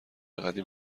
قدیم